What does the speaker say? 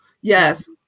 Yes